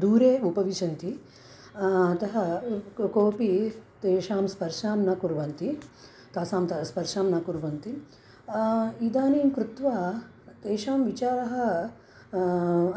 दूरे उपविशन्ति अतः क् कोपि तेषां स्पर्शं न कुर्वन्ति तासां त स्पर्शं न कुर्वन्ति इदानीं कृत्वा तेषां विचारः